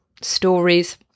stories